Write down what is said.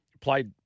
Played